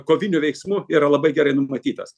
kovinių veiksmų yra labai gerai numatytas